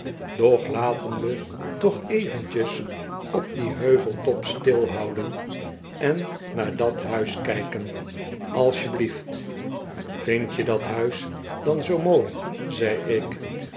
doch laten we toch eventjes op dien heuveltop stilhouden en naar dat huis kijken asjeblieft vindje dat huis dan zoo mooi zei ik